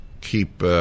keep